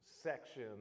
section